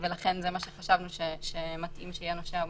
זה מה שחשבנו שמתאים שיהיה הנושא המהותי.